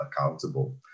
accountable